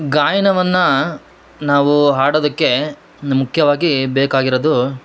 ಗಾಯನವನ್ನ ನಾವು ಹಾಡೋದಕ್ಕೆ ಮುಖ್ಯವಾಗಿ ಬೇಕಾಗಿರೋದು